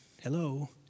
Hello